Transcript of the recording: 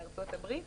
בארצות-הברית,